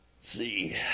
see